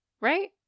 Right